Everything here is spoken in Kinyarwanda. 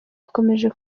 akomeje